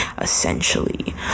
essentially